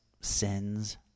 sins